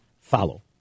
follow